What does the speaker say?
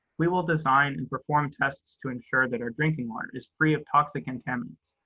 we will design and perform tests to ensure that our drinking water is free of toxic contaminants.